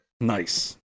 Nice